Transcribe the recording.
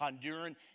Honduran